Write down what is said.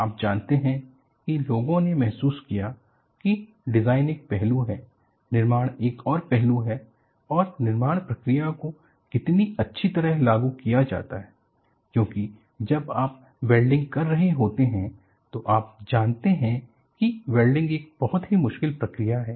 आप जानते हैं कि लोगों ने महसूस किया कि डिज़ाइन एक पहलू है निर्माण एक और पहलू है और निर्माण प्रक्रिया को कितनी अच्छी तरह लागू किया जाता है क्योंकि जब आप वेल्डिंग कर रहे होते हैं तो आप जानते हैं कि वेल्डिंग एक बहुत ही मुश्किल प्रक्रिया है